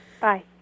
Bye